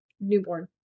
Newborn